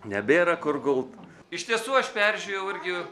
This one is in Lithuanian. nebėra kur gult iš tiesų aš peržiūrėjau irgi